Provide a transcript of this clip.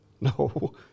No